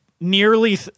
nearly